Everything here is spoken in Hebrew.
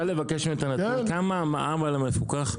כמה המע"מ על המפוקח?